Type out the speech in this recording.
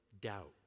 doubt